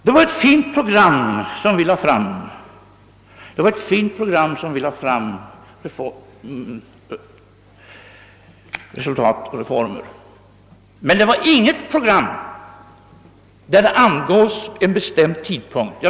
Det var ett fint program som vi framlade i »Resultat och Reformer», men det var inget program i vilket angavs en bestämd tidpunkt.